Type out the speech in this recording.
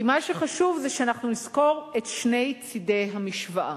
כי מה שחשוב הוא שאנחנו נזכור את שני צדי המשוואה.